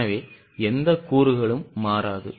எனவே எந்த கூறுகளும் மாறாது